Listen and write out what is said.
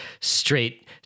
straight